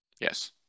yes